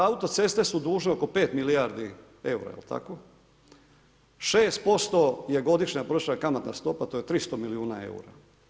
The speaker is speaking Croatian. Autoceste su dužne oko 5 milijardi eura jel tako, 6% je godišnja prosječna kamatna stopa to je 300 milijuna eura.